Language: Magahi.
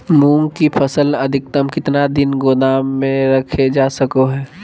मूंग की फसल अधिकतम कितना दिन गोदाम में रखे जा सको हय?